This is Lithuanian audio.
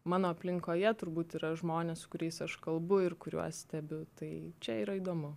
mano aplinkoje turbūt yra žmonės su kuriais aš kalbu ir kuriuos stebiu tai čia yra įdomu